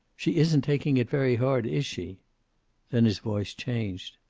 she isn't taking it very hard, is she? then his voice changed.